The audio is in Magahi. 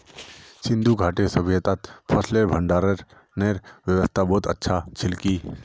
सिंधु घाटीर सभय्तात फसलेर भंडारनेर व्यवस्था बहुत अच्छा छिल की